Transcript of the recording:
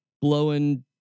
blowing